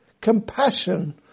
compassion